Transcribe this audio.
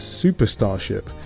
superstarship